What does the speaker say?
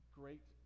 great